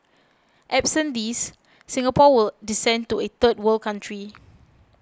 absent these Singapore will descend to a third world country